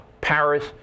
Paris